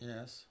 Yes